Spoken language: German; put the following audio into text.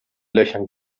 löchern